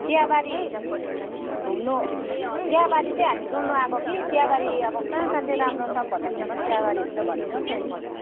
चियाबारी घुम्नु चियाबारी चाहिँ हामी डुल्नु आएको कि चियाबारी अब कहाँ कहाँ चाहिँ राम्रो सबभन्दा फेमस चियाबारीहरू छ भन्दिनुहोस् न एकपल्ट